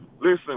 Listen